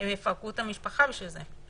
הם יפרקו את המשפחה בשביל זה.